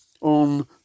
on